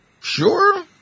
sure